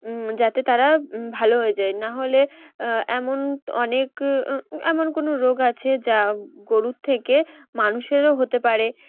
উম যাতে তারা ভালো হয়ে যায় নাহলে এমন অনেক এমন কোনো রোগ আছে যা গরুর থেকে মানুষেরও হতে পারে